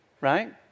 right